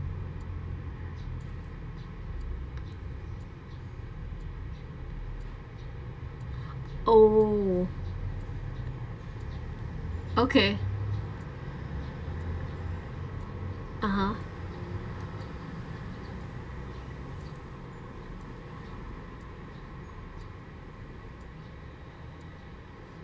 oh okay (uh huh)